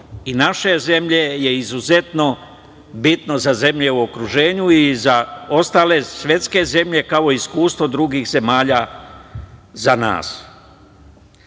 i naše zemlje je izuzetno bitno za zemlji u okruženju i za ostale svetske zemlje kao iskustvo drugih zemalja za nas. Naši